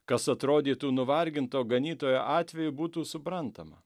kas atrodytų nuvarginto ganytojo atveju būtų suprantama